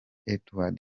edouard